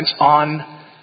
on